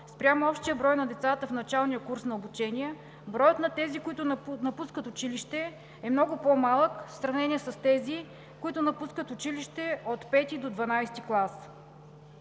спрямо общия брой на децата в началния курс на обучение, броят на тези, които напускат училище, е много по-малък в сравнение с тези, които напускат училище от V до XII клас.